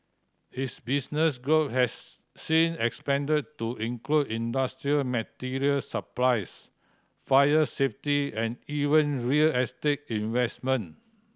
his business group has since expanded to include industrial material supplies fire safety and even real estate investment